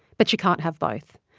but she can't have both.